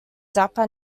zappa